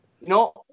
No